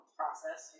process